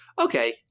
Okay